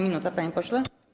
Minuta, panie pośle.